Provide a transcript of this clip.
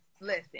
listen